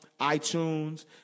iTunes